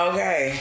Okay